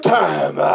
time